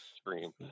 scream